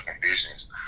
conditions